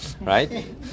Right